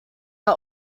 are